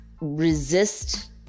resist